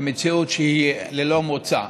במציאות שהיא ללא מוצא.